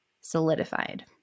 solidified